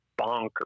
bonkers